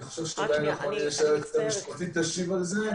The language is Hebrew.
אני חושב שכדאי שהיועצת המשפטית תשיב על זה.